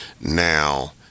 Now